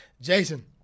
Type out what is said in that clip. Jason